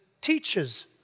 teaches